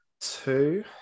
Two